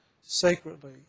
sacredly